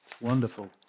Wonderful